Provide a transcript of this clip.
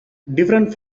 different